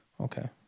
Okay